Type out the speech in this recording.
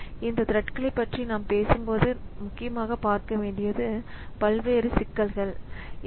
எனவே இந்த த்ரெட்களை பற்றி நாம் பேசும்போது நாம் பார்க்க வேண்டிய பல்வேறு சிக்கல்கள் இவை